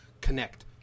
connect